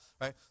right